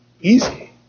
easy